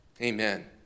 Amen